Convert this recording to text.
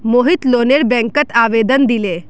मोहित लोनेर बैंकत आवेदन दिले